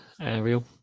Ariel